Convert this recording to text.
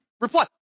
reply